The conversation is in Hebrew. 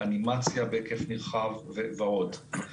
אנימציה בהיקף נרחב ועוד.